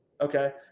Okay